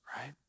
right